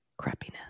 crappiness